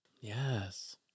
Yes